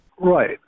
Right